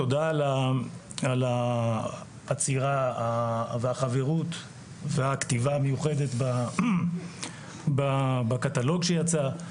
תודה על האצירה והחברות והכתיבה המיוחדת בקטלוג שיצא,